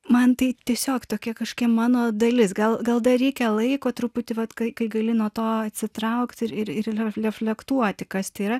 man tai tiesiog tokia kažkokia mano dalis gal gal dar reikia laiko truputį vat kai gali nuo to atsitraukti ir ir reflektuoti kas tai yra